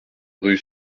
rue